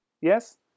Yes